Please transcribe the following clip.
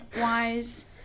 wise